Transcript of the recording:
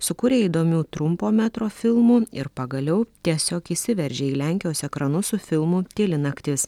sukūrė įdomių trumpo metro filmų ir pagaliau tiesiog įsiveržė į lenkijos ekranus su filmu tyli naktis